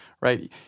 right